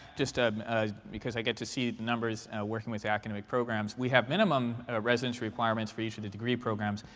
just um because i get to see the numbers working with the academic programs, we have minimum residence requirements for each of the degree programs.